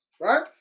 Right